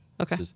Okay